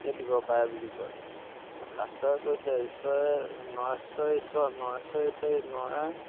কে দিব পাৰে বুলি কয় কিন্তু শাস্ত্ৰই কৈছে ঈশ্বৰে নৰেশ্বৰেই ঈশ্বৰ নৰেশ্বৰেই ঈশ্বৰ নৰেই